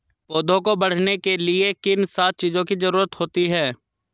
पौधों को बढ़ने के लिए किन सात चीजों की जरूरत होती है?